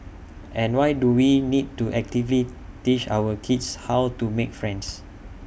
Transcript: and why do we need to actively teach our kids how to make friends